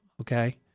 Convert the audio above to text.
okay